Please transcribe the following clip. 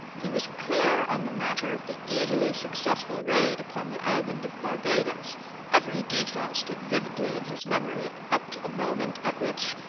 he was clear on the matter of the easily successful raid upon the island of barbados every detail stood vividly in his memory up to the moment at which,